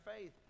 faith